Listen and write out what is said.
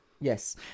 Yes